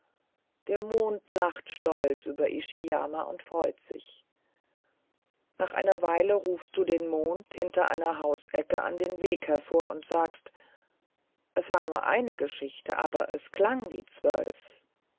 der mond lacht stolz über ishiyama und freut sich nach einer weile rufst du den mond hinter einer hausecke an den weg hervor und sagst es war nur eine geschichte aber es klang wie zwölf